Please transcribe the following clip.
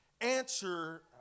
answer